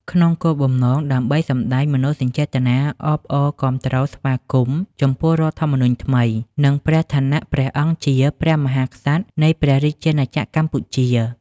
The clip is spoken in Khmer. ក្នុងគោលបំណង ដើម្បីសម្តែងមនោសញ្ចេតនាអបអរគាំទ្រស្វាគមន៍ ចំពោះរដ្ឋធម្មនុញ្ញថ្មី និងព្រះឋានៈព្រះអង្គជា ព្រះមហាក្សត្រ នៃព្រះរាជាណាចក្រកម្ពុជា ។